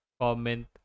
comment